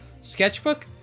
Sketchbook